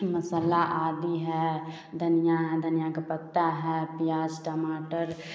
मसाला आदी है धनिया धनिया का पत्ता है प्याज़ टमाटर